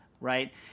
right